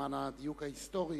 למען הדיוק ההיסטורי.